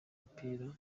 mupira